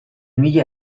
mila